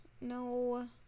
No